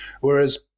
Whereas